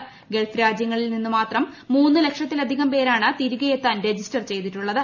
Gulf രാജ്യങ്ങളിൽ നിന്നു മാത്രം മൂന്നു ലക്ഷത്തിലധികം പേരാണ് തിരികെയെത്താൻ രജിസ്റ്റർ ചെയ്തിട്ടുള്ളത്